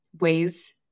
ways